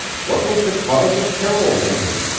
what was the cause of terrill's enmity?